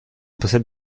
possède